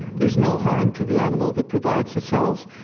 there's no harm to the animal that provides the cells,